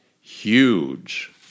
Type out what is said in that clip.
huge